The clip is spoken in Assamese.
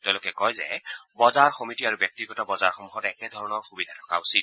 তেওঁলোকে কয় যে বজাৰ সমিতি আৰু ব্যক্তিগত বজাৰ সমূহত একেধৰণৰ সূবিধা থকা উচিত